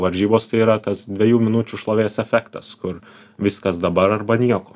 varžybos tai yra tas dviejų minučių šlovės efektas kur viskas dabar arba nieko